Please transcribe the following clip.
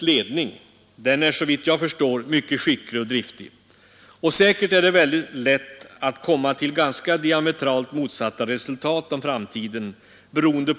å tror jag att han såg att Sveriges Schaktentreprenörers riksförbund också talade om alla nya företagare som kommer till på detta område.